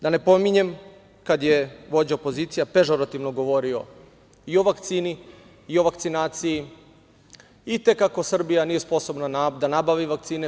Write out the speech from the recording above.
Da ne pominjem kada je vođa opozicija pežorativno govorio i o vakcini i o vakcinaciji i kako Srbija nije sposobna da nabavi vakcine.